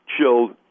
chilled